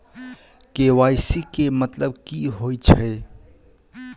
KYC केँ मतलब की होइ छै?